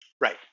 Right